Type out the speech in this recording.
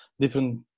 different